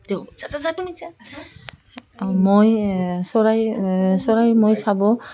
মই চৰাই চৰাই মই চাব